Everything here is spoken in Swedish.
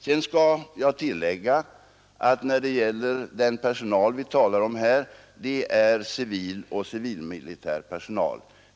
Jag skall tillägga att den personal vi talar om är civil och civilmilitär personal.